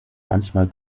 manchmal